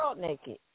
naked